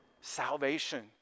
salvation